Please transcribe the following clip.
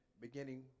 beginning